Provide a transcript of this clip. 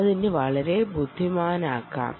അതിനെ വളരെ ബുദ്ധിമാനാക്കാം